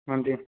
ਹਾਂਜੀ